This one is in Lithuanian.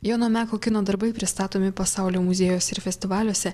jono meko kino darbai pristatomi pasaulio muziejuose ir festivaliuose